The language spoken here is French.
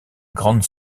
grande